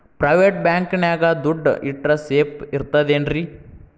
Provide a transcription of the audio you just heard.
Private bank ನ್ಯಾಗ್ ದುಡ್ಡ ಇಟ್ರ ಸೇಫ್ ಇರ್ತದೇನ್ರಿ?